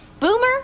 Boomer